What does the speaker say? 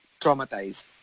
traumatized